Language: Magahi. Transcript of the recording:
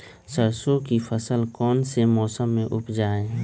सरसों की फसल कौन से मौसम में उपजाए?